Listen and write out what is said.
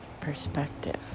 perspective